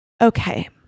Okay